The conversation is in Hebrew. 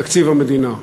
תקציב המדינה.